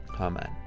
Amen